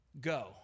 Go